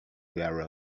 were